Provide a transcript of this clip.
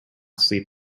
sleep